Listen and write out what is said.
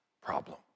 problem